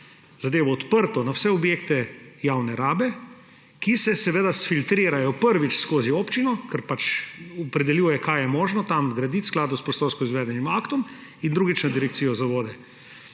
zadevo odprto na vse objekte javne rabe, ki se seveda sfiltrirajo, prvič, skozi občino, ki opredeljuje, kaj je možno tam graditi v skladu s prostorsko- izvedbenim aktom, in, drugič, Direkcijo za vode.